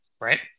right